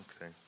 Okay